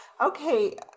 Okay